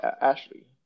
Ashley